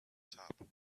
top